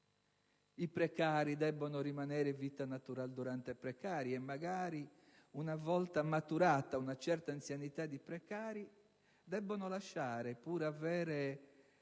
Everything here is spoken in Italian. I precari debbono rimanere vita natural durante precari e magari, una volta maturata una certa anzianità di precari, debbono lasciare, pur avendo